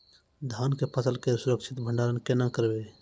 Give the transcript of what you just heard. धान के फसल के सुरक्षित भंडारण केना करबै?